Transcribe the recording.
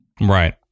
Right